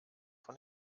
von